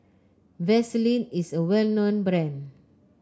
Vaselin is a well known brand